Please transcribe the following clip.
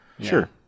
Sure